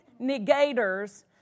negators